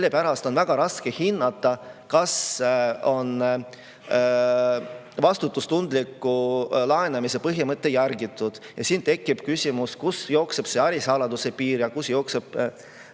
Sellepärast on väga raske hinnata, kas on vastutustundliku laenamise põhimõtet järgitud. Ja siin tekib küsimus, kust jookseb ärisaladuse piir ja kust jookseb